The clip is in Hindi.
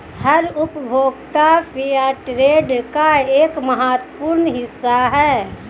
हर उपभोक्ता फेयरट्रेड का एक महत्वपूर्ण हिस्सा हैं